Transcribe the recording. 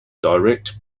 direct